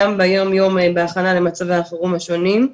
גם ביום יום בהכנה למצבי החירום השונים,